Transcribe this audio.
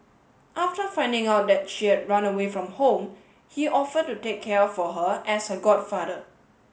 after finding out that she had run away from home he offered to take care for her as her godfather